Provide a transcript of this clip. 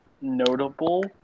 notable